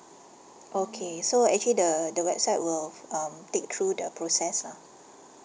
okay so actually the the website will um take through the process lah